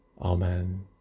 Amen